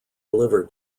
liver